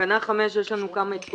פה